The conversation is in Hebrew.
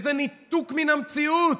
איזה ניתוק מן המציאות: